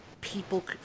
People